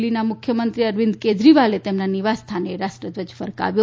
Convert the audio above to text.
દિલ્હીનાં મુખ્યમંત્રી અરવિંદ કેજરીવાલ તેમનાં નિવાસસ્થાને રાષ્ટ્રસધ્વજ ફરકાવ્યો